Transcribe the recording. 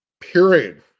Period